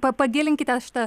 pa pagilinkite šitą